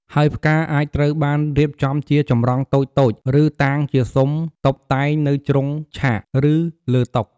ហើយផ្កាអាចត្រូវបានរៀបចំជាចម្រង់តូចៗ ឬតាងជាស៊ុមតុបតែងនៅជ្រុងឆាក ឬលើតុ។